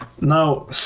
Now